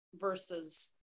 versus